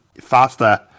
faster